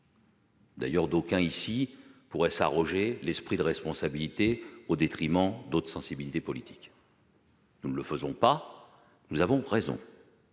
position. D'aucuns ici pourraient s'arroger l'esprit de responsabilité au détriment d'autres sensibilités politiques. C'est vrai ! Nous ne le faisons pas et nous avons raison,